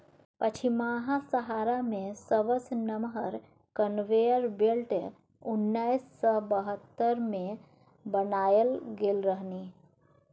पछिमाहा सहारा मे सबसँ नमहर कन्वेयर बेल्ट उन्नैस सय बहत्तर मे बनाएल गेल रहनि